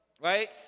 Right